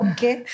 Okay